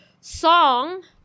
song